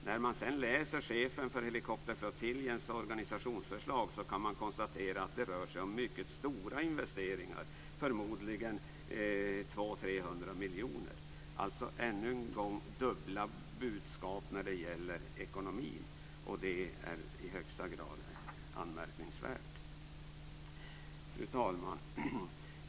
När man sedan läser organisationsförslaget från chefen för helikopterflottiljen kan man konstatera att det rör sig om mycket stora investeringar, förmodligen 200-300 miljoner, alltså ännu en gång dubbla budskap när det gäller ekonomin, och det är i högsta grad anmärkningsvärt. Fru talman!